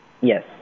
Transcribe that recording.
Yes